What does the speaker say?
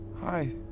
Hi